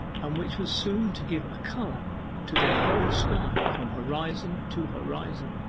and which was soon to give a colour to their whole sky from horizon to horizon.